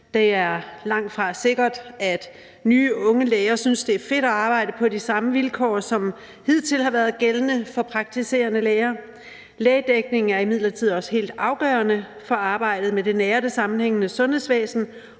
Det er langtfra sikkert, at nye unge læger synes, det er fedt at arbejde på de samme vilkår, som hidtil har været gældende for praktiserende læger. Lægedækningen er imidlertid også helt afgørende for arbejdet med det nære og sammenhængende sundhedsvæsen,